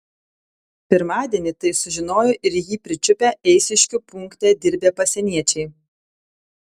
pirmadienį tai sužinojo ir jį pričiupę eišiškių punkte dirbę pasieniečiai